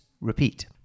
repeat